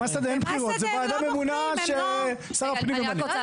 זו ועדה ממונה ששר הפנים ממנה.